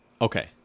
okay